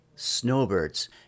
Snowbirds